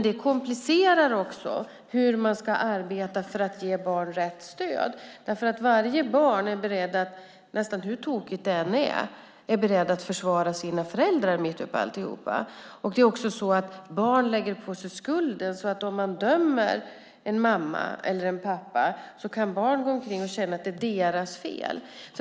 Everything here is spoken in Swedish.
Det komplicerar hur man ska arbeta för att ge barn rätt stöd. Barn är beredda att försvara sina föräldrar nästan hur tokigt det än är. Barn lägger på sig skulden. Om man dömer en mamma eller pappa kan barnet känna att det är dess fel.